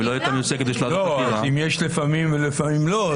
אם היא לא הייתה מיוצגת יש לה --- אם יש לפעמים ולפעמים לא,